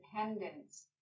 independence